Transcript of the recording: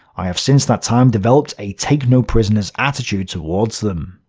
i have since that time developed a take-no-prisoners attitude towards them.